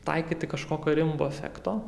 taikyti kažkokio rimbo efekto